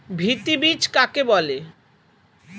ভিত্তি বীজ কাকে বলে?